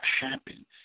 happen